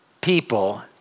people